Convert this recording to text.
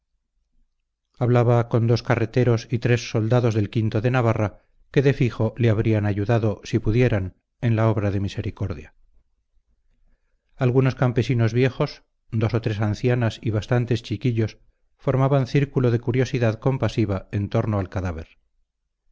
hablaba con dos carreteros y tres soldados del o de navarra que de fijo le habrían ayudado si pudieran en la obra de misericordia algunos campesinos viejos dos o tres ancianas y bastantes chiquillos formaban círculo de curiosidad compasiva en tomo al cadáver